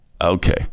Okay